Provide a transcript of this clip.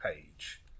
page